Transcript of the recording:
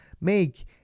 make